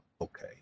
Okay